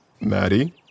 Maddie